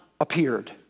appeared